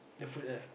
the food lah